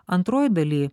antroj daly